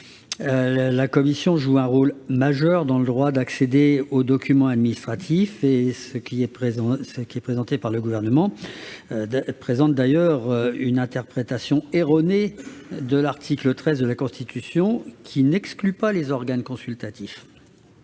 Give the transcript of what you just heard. la CADA, qui joue un rôle majeur dans le droit d'accéder aux documents administratifs. L'argumentaire du Gouvernement relève d'ailleurs d'une interprétation erronée de l'article 13 de la Constitution, qui n'exclut pas les organes consultatifs.